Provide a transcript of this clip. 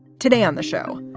today on the show.